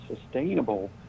sustainable